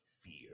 fear